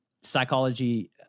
psychology